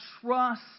trust